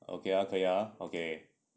okay ah 可以 ah